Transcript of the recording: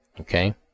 Okay